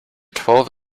twelve